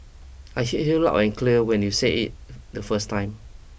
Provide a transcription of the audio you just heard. I hear heard loud and clear when you said it the first time